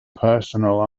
personal